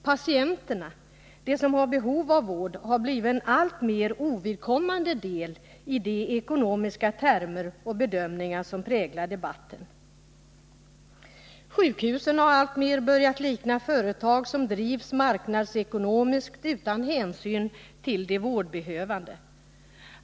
Patienterna, de som har behov av vård, har blivit en alltmer ovidkommande del i de ekonomiska termer och bedömningar som präglar debatten. Sjukhusen har alltmer börjat likna företag som drivs marknadsekonomiskt utan hänsyn till de vårdbehövande.